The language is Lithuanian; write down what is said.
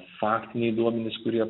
faktiniai duomenys kurie